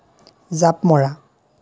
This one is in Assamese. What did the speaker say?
জাঁপ মৰা